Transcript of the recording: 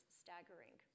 staggering